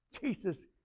Jesus